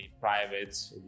Private